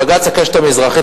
בג"ץ "הקשת המזרחית",